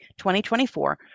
2024